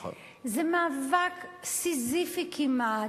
זה מאבק סיזיפי כמעט,